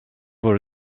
voor